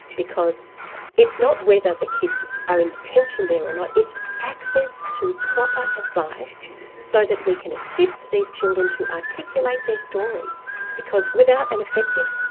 because it's not whether the kids are in detention there or not, it's access to proper advice so that we can assist these children to articulate their story because without an effective,